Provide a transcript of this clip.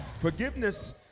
Forgiveness